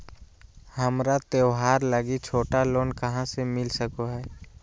हमरा त्योहार लागि छोटा लोन कहाँ से मिल सको हइ?